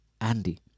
Andy